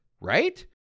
right